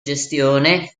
gestione